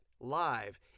live